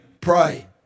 pray